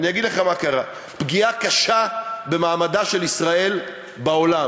אומר לך מה קרה: פגיעה קשה במעמדה של ישראל בעולם.